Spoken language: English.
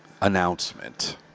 announcement